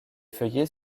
feuillets